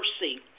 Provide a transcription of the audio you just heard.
mercy